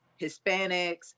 Hispanics